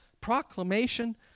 proclamation